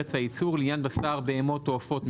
"ארץ הייצור" לעניין בשר בהמות או עופות,